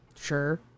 Sure